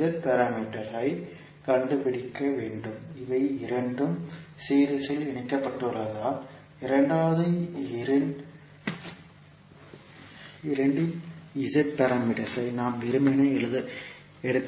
Z parameter ஐ நாம் கண்டுபிடிக்க வேண்டும் இவை இண்டும் சீரிஸ் இல் இணைக்கப்பட்டுள்ளதால் இரண்டாவது இரண்டின் Z பாராமீட்டர் ஐ நாம் வெறுமனே எடுக்கலாம்